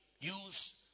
use